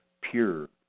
pure